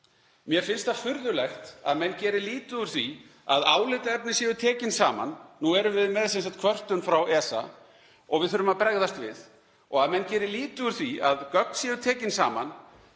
Mér finnst furðulegt að menn geri lítið úr því að álitaefni séu tekin saman. Nú erum við með sem sagt kvörtun frá ESA og við þurfum að bregðast við en menn gera lítið úr því að gögn séu tekin saman,